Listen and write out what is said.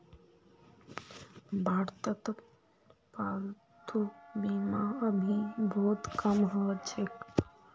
भारतत पालतू बीमा अभी बहुत कम ह छेक